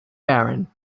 baron